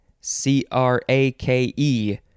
C-R-A-K-E